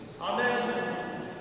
Amen